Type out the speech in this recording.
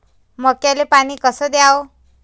मक्याले पानी कस द्याव?